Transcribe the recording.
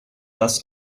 dass